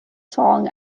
song